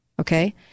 Okay